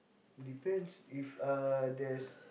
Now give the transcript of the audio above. depends if uh there's